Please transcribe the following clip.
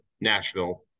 Nashville